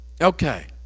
okay